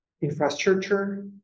infrastructure